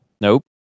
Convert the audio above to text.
Nope